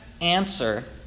answer